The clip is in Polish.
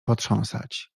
potrząsać